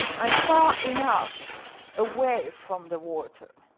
and far enough away from the water.